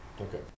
Okay